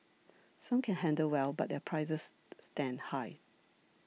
some can handle well but their prices stand high